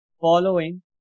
following